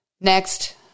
Next